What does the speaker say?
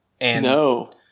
No